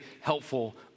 helpful